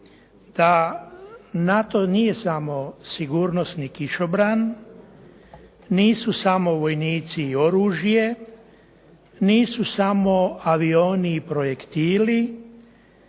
da NATO nije samo sigurnosni kišobran, nisu samo vojnici i oružje, nisu samo avioni i projektili